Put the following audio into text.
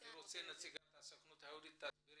אני מבקש מנציגת הסוכנות היהודית שתסביר